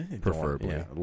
Preferably